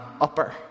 upper